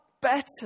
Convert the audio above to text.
better